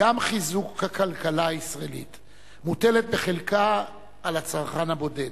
גם חיזוק הכלכלה הישראלית מוטל בחלקו על הצרכן הבודד,